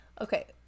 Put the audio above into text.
Okay